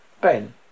Ben